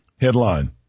Headline